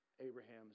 Abraham's